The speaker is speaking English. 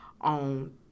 on